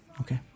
Okay